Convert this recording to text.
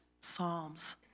psalms